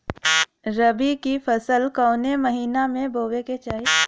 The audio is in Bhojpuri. रबी की फसल कौने महिना में बोवे के चाही?